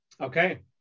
okay